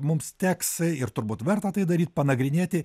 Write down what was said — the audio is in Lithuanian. mums teks ir turbūt verta tai daryt panagrinėti